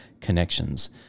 connections